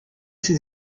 ses